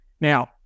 Now